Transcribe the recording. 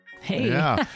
Hey